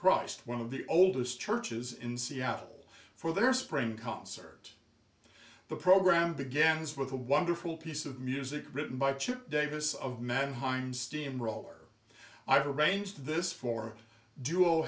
christ one of the oldest churches in seattle for their spring concert the program begins with a wonderful piece of music written by chip davis of mannheim steamroller i've arranged this for du